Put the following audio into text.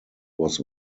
was